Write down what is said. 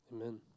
Amen